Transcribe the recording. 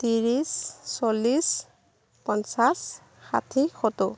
ত্ৰিছ চল্লিছ পঞ্চাছ ষাঠি সত্তৰ